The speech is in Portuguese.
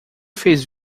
fez